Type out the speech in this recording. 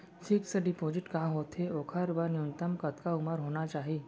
Fix deposit का होथे ओखर बर न्यूनतम कतका उमर होना चाहि?